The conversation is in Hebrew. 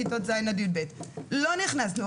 מכיתות ז' עד י"ב ולא נכנסנו.